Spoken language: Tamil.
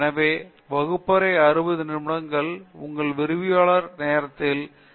எனவே வகுப்பறை 60 நிமிடங்கள் உங்கள் விரிவுரையாளர் நேரத்தில் 60 கேள்விகள் இருக்க வேண்டும்